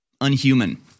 unhuman